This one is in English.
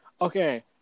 Okay